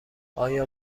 آیا